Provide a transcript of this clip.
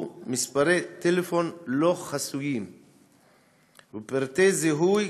מספרי טלפון לא חסויים ופרטי זיהוי,